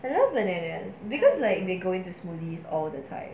I love bananas because like they go into smoothies all the time